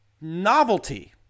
novelty